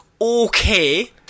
okay